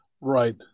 Right